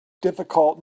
difficult